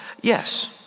Yes